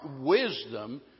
Wisdom